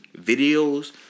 videos